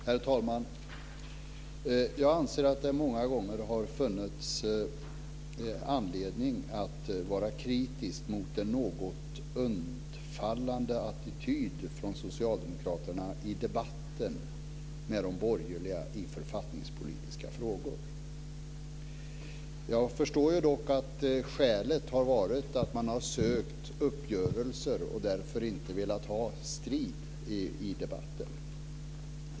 Herr talman! Jag anser att det många gånger har funnits anledning att vara kritisk mot den något undfallande attityden från socialdemokraterna i debatten med de borgerliga i författningspolitiska frågor. Jag förstår dock att skälet har varit att man har sökt uppgörelser och därför inte velat ta strid i debatten.